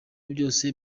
byose